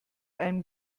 einem